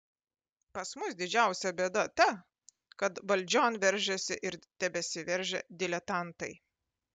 pas mus didžiausia bėda ta kad valdžion veržėsi ir tebesiveržia diletantai